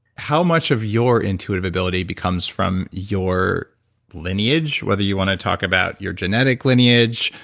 how much of your intuitive ability becomes from your lineage whether you want to talk about your genetic lineage,